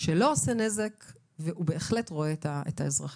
שלא עושה נזק והוא בהחלט רואה את האזרחים.